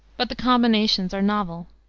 but the combinations are novel.